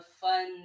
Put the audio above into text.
fun